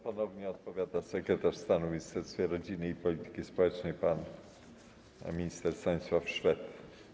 Ponownie odpowiada sekretarz stanu w Ministerstwie Rodziny i Polityki Społecznej pan minister Stanisław Szwed.